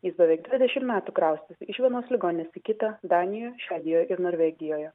jis beveik dvidešimt metų kraustėsi iš vienos ligoninės į kitą danijoj švedijoj ir norvegijoje